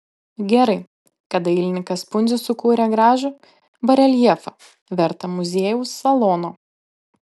gerai kad dailininkas pundzius sukūrė gražų bareljefą vertą muziejaus salono